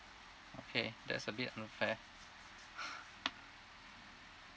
okay that's a bit unfair